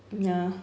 ya